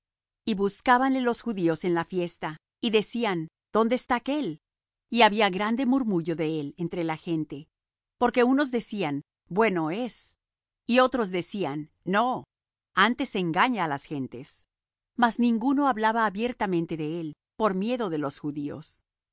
y buscábanle los judíos en la fiesta y decían dónde está aquél y había grande murmullo de él entre la gente porque unos decían bueno es y otros decían no antes engaña á las gentes mas ninguno hablaba abiertamente de él por miedo de los judíos